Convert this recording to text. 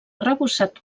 arrebossat